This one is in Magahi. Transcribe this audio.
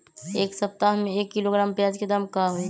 एक सप्ताह में एक किलोग्राम प्याज के दाम का होई?